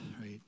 right